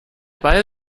ball